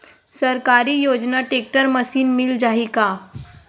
सरकारी योजना tractor machine मिल जाही का?